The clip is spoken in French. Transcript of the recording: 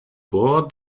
bord